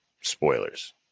spoilers